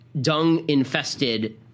dung-infested